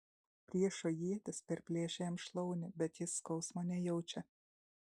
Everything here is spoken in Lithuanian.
priešo ietis perplėšia jam šlaunį bet jis skausmo nejaučia